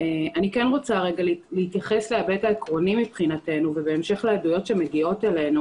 אני רוצה להתייחס להיבט העקרוני מבחינתנו ובהמשך לעדויות שמגיעות אלינו.